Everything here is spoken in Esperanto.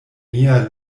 mia